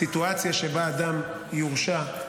הסיטואציה שבה אדם יורשע,